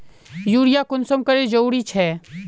Urea कुंसम करे जरूरी छै?